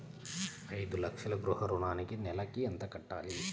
ఐదు లక్షల గృహ ఋణానికి నెలకి ఎంత కట్టాలి?